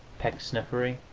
pecksniffery,